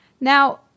Now